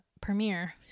premiere